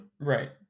right